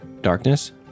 darkness